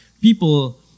people